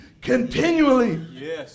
continually